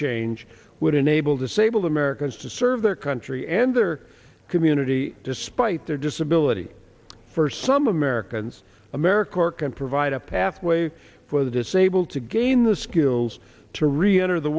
change would enable disable americans to serve their country and their community despite their disability for some americans american work and provide a pathway for the disabled to gain the skills to re enter the